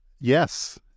yes